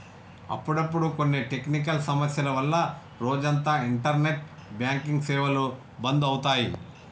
అప్పుడప్పుడు కొన్ని టెక్నికల్ సమస్యల వల్ల రోజంతా ఇంటర్నెట్ బ్యాంకింగ్ సేవలు బంధు అవుతాయి